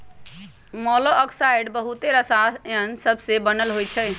मोलॉक्साइड्स बहुते रसायन सबसे बनल होइ छइ